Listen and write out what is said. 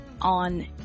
on